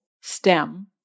stem